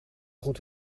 goed